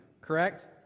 Correct